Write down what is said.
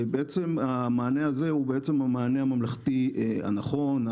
המענה הזה הוא המענה הממלכתי הנכון,